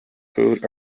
food